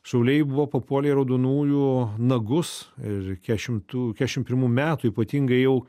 šauliai buvo papuolę į raudonųjų nagus ir keturiasdešimtų keturiasdešimt pirmų metų ypatingai jau